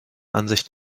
ansicht